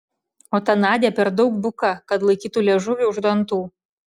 o ta nadia per daug buka kad laikytų liežuvį už dantų